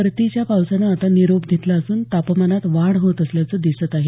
परतीच्या पावसानं आता निरोप घेतला असून तापमानात वाढ होत असल्याचं दिसत आहे